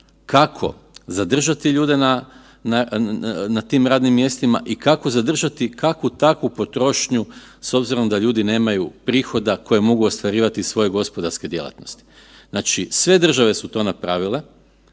kako zadržati ljude na tim radnim mjestima i kako zadržati kakvu takvu potrošnju s obzirom da ljudi nemaju prihoda koje mogu ostvarivati iz svoje gospodarske djelatnosti. Znači, sve države su to napravile,